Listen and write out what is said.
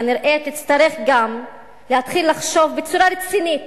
כנראה תצטרך גם להתחיל לחשוב בצורה רצינית